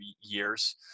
years